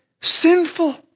sinful